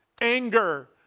anger